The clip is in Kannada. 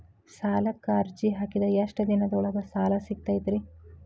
ಸಾಲಕ್ಕ ಅರ್ಜಿ ಹಾಕಿದ್ ಎಷ್ಟ ದಿನದೊಳಗ ಸಾಲ ಸಿಗತೈತ್ರಿ?